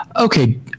okay